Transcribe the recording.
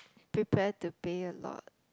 prepare to pay a lot